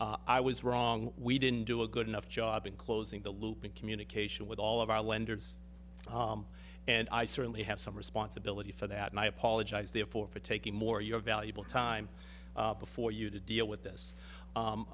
i was wrong we didn't do a good enough job in closing the loop in communication with all of our lenders and i certainly have some responsibility for that and i apologize therefore for taking more your valuable time before you deal with